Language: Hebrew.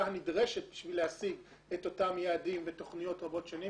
הנדרשת בשביל להשיג את אותם יעדים ותוכניות רבות-שנים.